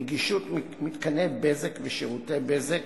נגישות מתקני בזק ושירותי בזק,